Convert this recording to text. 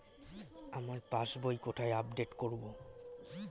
আমার passbook কোথায় update করব?